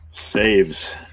Saves